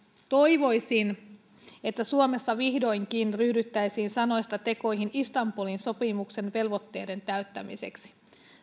toivoisin että suomessa vihdoinkin ryhdyttäisiin sanoista tekoihin istanbulin sopimuksen velvoitteiden täyttämiseksi